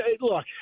look